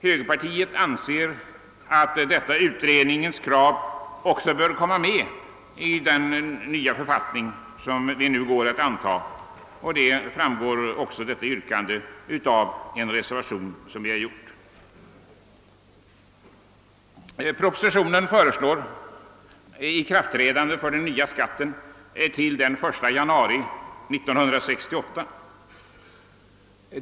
Högerpartiet anser att detta utredningens förslag också bör komma med i den nya författning som vi nu går att anta, vilket också föreslås i en reservation som vi har avgivit. Propositionen föreslår att den nya skatten skall träda i kraft den 1 januari 1968.